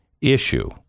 issue